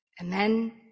amen